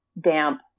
damp